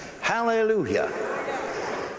Hallelujah